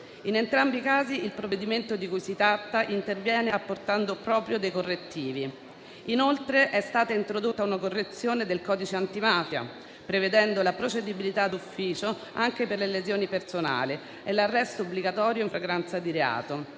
In entrambi i casi, il provvedimento di cui si tratta interviene apportando proprio dei correttivi. Inoltre, è stata introdotta una correzione del codice antimafia, prevedendo la procedibilità d'ufficio anche per le lesioni personali e l'arresto obbligatorio in flagranza di reato,